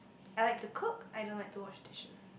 I like to cook I don't like to wash dishes